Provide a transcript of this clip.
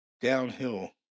Downhill